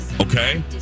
Okay